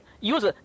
use